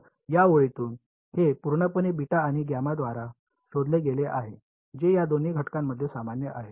तर या ओळीतून हे पूर्णपणे आणि द्वारा शोधले गेले आहे जे या दोन्ही घटकांमध्ये सामान्य आहे